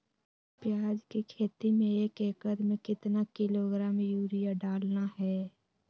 प्याज की खेती में एक एकद में कितना किलोग्राम यूरिया डालना है?